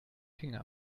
finger